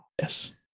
yes